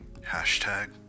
Hashtag